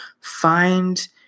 find